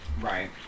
Right